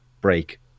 break